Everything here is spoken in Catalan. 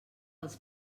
els